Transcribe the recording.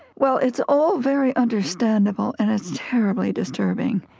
well, it's all very understandable, and it's terribly disturbing.